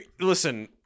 Listen